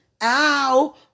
ow